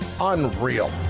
Unreal